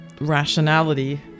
rationality